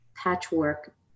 patchwork